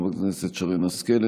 חברת הכנסת שרן השכל,